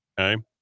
okay